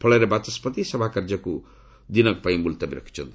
ଫଳରେ ବାଚସ୍କତି ସଭାକାର୍ଯ୍ୟକୁ ମୁଲତବୀ ରଖିଛନ୍ତି